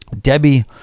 Debbie